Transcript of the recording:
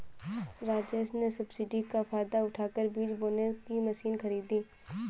राजेश ने सब्सिडी का फायदा उठाकर बीज बोने की मशीन खरीदी